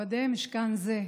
מכובדי משכן זה,